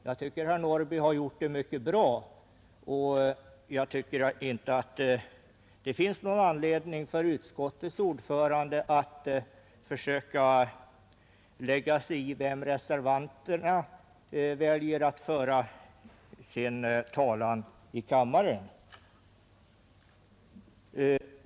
Jag tycker att herr Norrby har gjort det mycket bra och jag tycker inte att det finns någon anledning för utskottets ordförande att försöka lägga sig i vem reservanterna väljer att föra deras talan i kammaren.